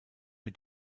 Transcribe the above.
mit